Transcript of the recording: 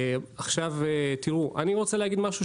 תראו,